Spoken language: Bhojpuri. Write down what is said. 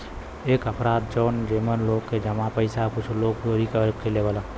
एक अपराध हौ जेमन लोग क जमा पइसा कुछ लोग चोरी कर लेवलन